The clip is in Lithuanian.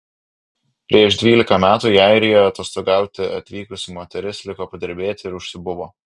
prieš dvylika metų į airiją atostogauti atvykusi moteris liko padirbėti ir užsibuvo